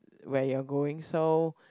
where you are going so